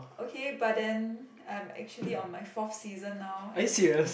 okay but then I'm actually on my forth season now and